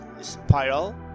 spiral